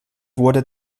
wurde